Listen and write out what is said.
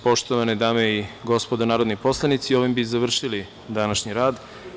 Poštovane dame i gospodo narodni poslanici, ovim bi završili današnji rad.